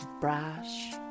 brash